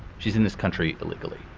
she's in this country illegally.